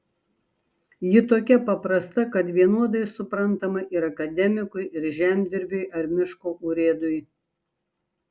ji tokia paprasta kad vienodai suprantama ir akademikui ir žemdirbiui ar miško urėdui